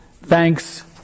Thanks